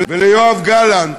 וליואב גלנט,